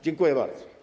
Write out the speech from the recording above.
Dziękuję bardzo.